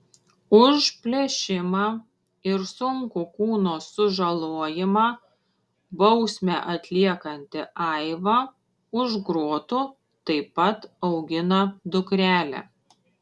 už plėšimą ir sunkų kūno sužalojimą bausmę atliekanti aiva už grotų taip pat augina dukrelę